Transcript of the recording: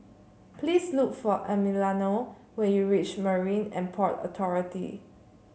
please look for Emiliano when you reach Marine And Port Authority